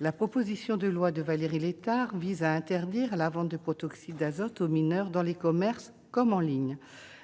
La proposition de loi de Valérie Létard vise à interdire la vente de protoxyde d'azote aux mineurs, dans les commerces comme en ligne.